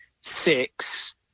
six